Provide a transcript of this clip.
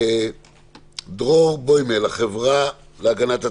דרור בוימל, החברה להגנת הטבע.